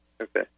Okay